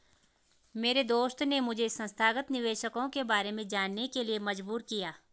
मेरे दोस्त ने मुझे संस्थागत निवेशकों के बारे में जानने के लिए मजबूर किया